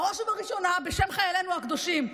בראש ובראשונה בשם חיילינו הקדושים: